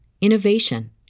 innovation